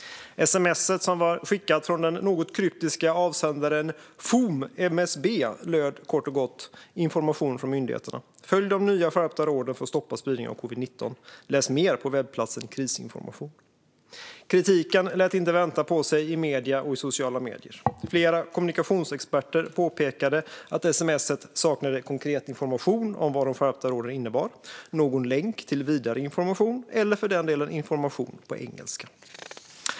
Sms:et, som skickades från den något kryptiska avsändaren "Fohm, MSB" löd kort och gott: "Information från myndigheterna: Följ de nya skärpta råden för att stoppa spridningen av covid-19. Läs mer på webbplatsen Krisinformation." Kritiken lät inte vänta på sig i medier och sociala medier. Flera kommunikationsexperter påpekade att sms:et saknade konkret information om vad de skärpta råden innebar, länk till vidare information och information på engelska.